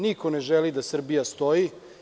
Niko ne želi da Srbija stoji.